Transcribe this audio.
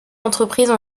entreprises